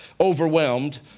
overwhelmed